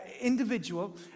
individual